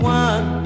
one